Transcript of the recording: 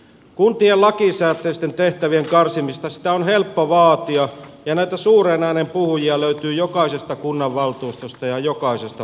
kuntien lakisääteisten tehtävien karsimista on helppo vaatia ja näitä suureen ääneen puhujia löytyy jokaisesta kunnanvaltuustosta ja jokaisesta puolueesta